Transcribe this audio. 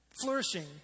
flourishing